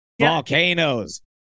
Volcanoes